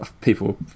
people